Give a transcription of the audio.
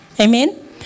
Amen